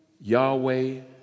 Yahweh